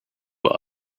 were